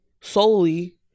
solely